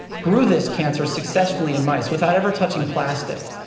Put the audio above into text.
grew this cancer successfully in mice without ever touching plastic.